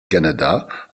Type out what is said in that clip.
canada